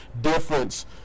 difference